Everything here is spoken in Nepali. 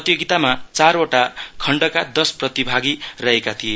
प्रतियोगितामा चारवाट खण्डका दस प्रतिभागि रहेका थिए